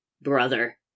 brother